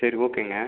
சரி ஓகேங்க